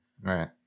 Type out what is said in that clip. Right